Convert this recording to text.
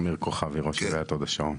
שמי אמיר כוכבי, ראש עיריית הוד השרון.